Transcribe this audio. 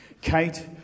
Kate